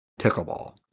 pickleball